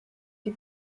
die